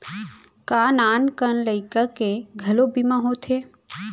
का नान कन लइका के घलो बीमा होथे?